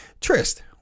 Trist